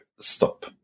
stop